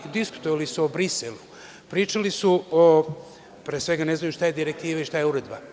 Diskutovali su o Briselu, a pre svega ne znaju šta je direktiva i šta je uredba.